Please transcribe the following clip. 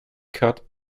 cut